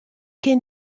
kin